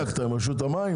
עם מי בדקת עם רשות המים?